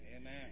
Amen